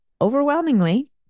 overwhelmingly